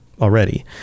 already